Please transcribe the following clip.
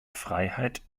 freiheit